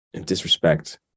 disrespect